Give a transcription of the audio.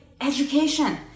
education